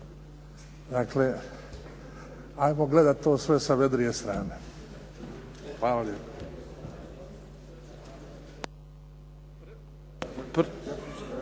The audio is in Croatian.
Dakle, ako gleda to sve sa vedrije strane. Hvala